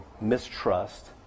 mistrust